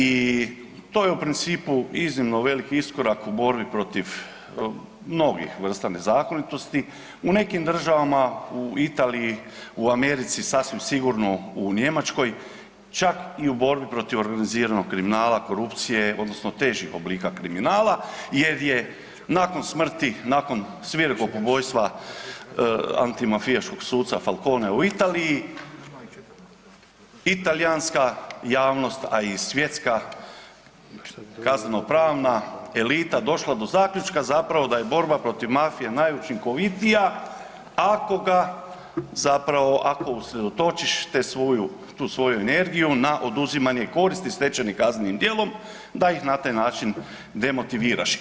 I to je u principu iznimno veliki iskorak u borbi protiv mnogih vrsta nezakonitosti, u nekim državama u Italiji, u Americi sasvim sigurno u Njemačkoj čak i u borbi protiv organiziranog kriminala, korupcije odnosno težih oblika kriminala jer je nakon smrti, nakon svirepog ubojstva antimafijaškog suca Falconea u Italiji i talijanska javnost, a i svjetska kazneno pravna elita došlo do zaključka zapravo da je borba protiv mafije najučinkovitija ako ga zapravo ako usredotočite tu svoju energiju na oduzimanje koristi stečenim kaznenim djelom da ih na taj način demotiviraš.